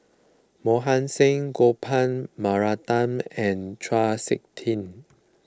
Mohan Singh Gopal Baratham and Chau Sik Ting